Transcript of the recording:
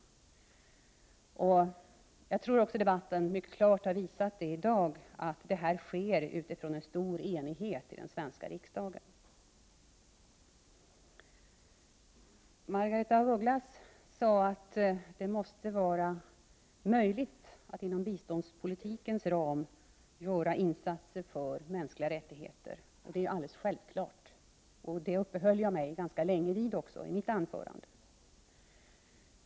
Debatten här i dag har också mycket klart visat att detta sker under stor enighet i den svenska riksdgen. Margaretha af Ugglas sade att det måste vara möjligt att inom biståndspolitikens ram göra insatser för mänskliga rättigheter, och det är alldeles självklart. Det uppehöll jag mig också vid ganska länge i mitt inledningsanförande.